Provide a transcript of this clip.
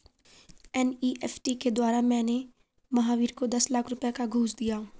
NEFT के द्वारा मैंने महावीर को दस लाख रुपए का घूंस दिया